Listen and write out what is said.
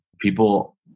people